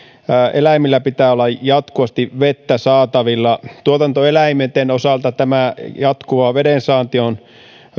eläimillä pitää olla jatkuvasti vettä saatavilla tuotantoeläinten osalta tämä jatkuva vedensaanti on